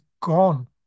gone